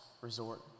resort